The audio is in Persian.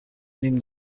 نیم